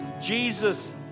Jesus